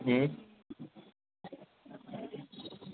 હં